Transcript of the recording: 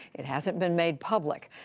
it hasn't been made public.